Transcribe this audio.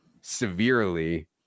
severely